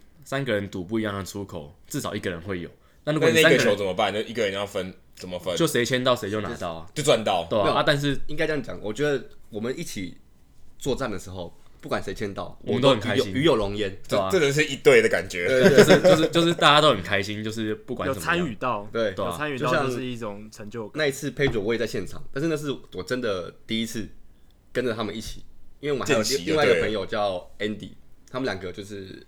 三个人赌不一样的出口，至少一个人会有。那如果你那-三个人-那个球怎么办？那一个人要分，怎么分？就谁签到谁就拿就是。到啊。就赚到。对啊，没有，啊，但是-应该这样讲，我觉得我们一起作战的时候，不管谁签到，我们都很与有-开心。与有荣焉。这-对啊。这真的是一队的感觉。对- 对- 对。 就是- 就是- 就是大家都很开心，就是不管有怎么样。参与到，对，对啊。有参与到就像-就是一种成就感。那一次Pedro我也在现场，但是那是我真的第一次跟着他们一起，因为我们还有另-见习。另外一个对。朋友叫Andy，他们两个就是